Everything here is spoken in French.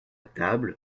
table